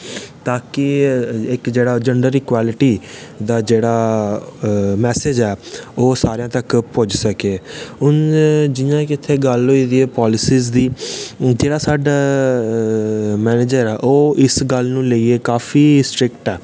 तां कि इक जेह्ड़ा जैन्डर इकवैलटी दा जेह्ड़ा मैसेज ऐ ओह् सारें तक्कर पुज्जी सकै हून जि'यां केह् इत्थै गल्ल होई दी ऐ पॉलसीस दी जेह्ड़ा साढ़ा मनैंजर ऐ ओह् इस गल्ल गी लेइयै काफी सटरिक्ट ऐ